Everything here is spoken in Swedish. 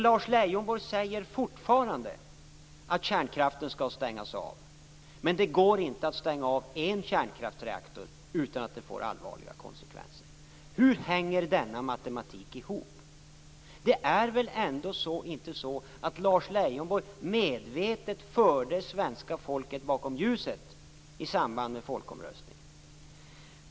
Lars Leijonborg säger fortfarande att kärnkraften skall stängas av, men att det inte går att stänga av en kärnkraftsreaktor utan att det får allvarliga konsekvenser. Hur hänger denna matematik ihop? Det är väl ändå inte så att Lars Leijonborg medvetet förde svenska folket bakom ljuset i samband med folkomröstningen?